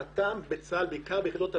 אי-הטמעתם בצה"ל, בעיקר ביחידות המילואים,